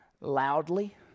Loudly